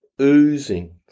oozing